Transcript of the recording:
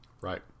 Right